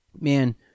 man